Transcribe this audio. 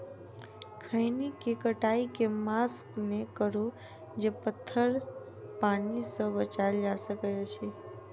खैनी केँ कटाई केँ मास मे करू जे पथर पानि सँ बचाएल जा सकय अछि?